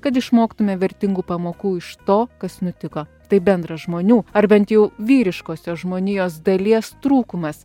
kad išmoktume vertingų pamokų iš to kas nutiko tai bendras žmonių ar bent jau vyriškosios žmonijos dalies trūkumas